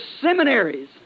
seminaries